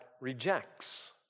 rejects